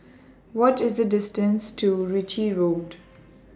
What IS The distance to Ritchie Road